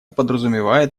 подразумевает